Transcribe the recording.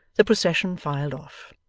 the procession filed off,